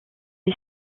est